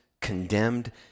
condemned